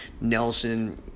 Nelson